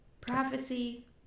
Prophecy